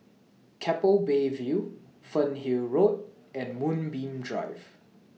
Keppel Bay View Fernhill Road and Moonbeam Drive